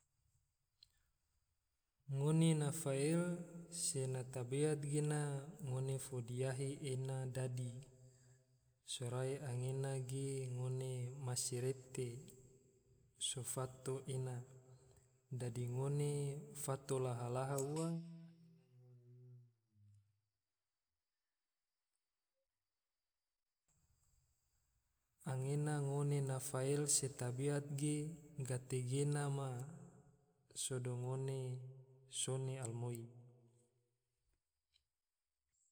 Ngone na fael, se na tabeat gena ngone fo diahi ena dadi, sorai anggena ge ngone masirete so fato ena, dadi ngone fato laha-laha ua, anggena ngone na fael se tabeat ge gategena ma sodo ngone sone alumoi